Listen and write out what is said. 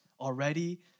already